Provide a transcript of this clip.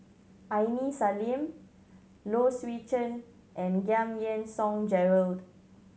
Aini Salim Low Swee Chen and Giam Yean Song Gerald